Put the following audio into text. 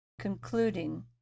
concluding